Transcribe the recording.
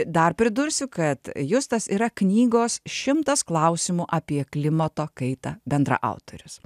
dar pridursiu kad justas yra knygos šimtas klausimų apie klimato kaitą bendraautorius